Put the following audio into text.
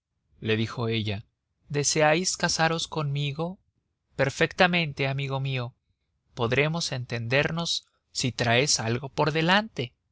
hago cargo le dijo ella deseáis casaros conmigo perfectamente amigo mío podremos entendernos si traéis algo por delante